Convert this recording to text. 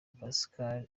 pascal